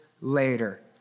later